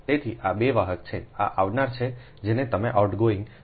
તેથી આ 2 વાહક છે આ આવનાર છે જેને તમે આઉટગોઇંગ ક